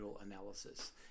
Analysis